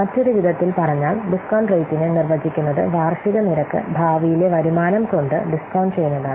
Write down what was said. മറ്റൊരു വിധത്തിൽ പറഞ്ഞാൽ ഡിസ്കൌണ്ട് റേറ്റിനെ നിർവചിക്കുന്നത് വാർഷിക നിരക്ക് ഭാവിയിലെ വരുമാനം കൊണ്ട് ഡിസ്കൌണ്ട് ചെയ്യുന്നതാണ്